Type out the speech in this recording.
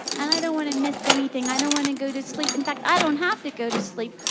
and i don't want to miss anything. i don't want to go to sleep. in fact, i don't have to go to sleep.